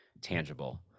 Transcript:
tangible